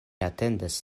atendas